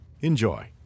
Enjoy